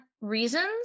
reasons